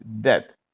death